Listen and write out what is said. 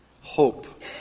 hope